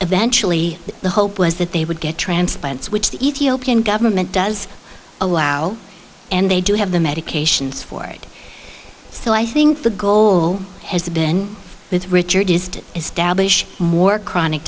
eventually the hope was that they would get transplants which the ethiopian government does allow and they do have the medications for a so i think the goal has been that richard is to establish more chronic